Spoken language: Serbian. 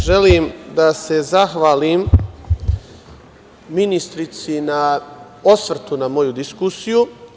Želim da se zahvalim ministarki na osvrtu na moju diskusiju.